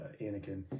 anakin